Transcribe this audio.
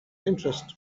interest